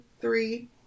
three